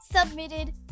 submitted